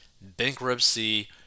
bankruptcy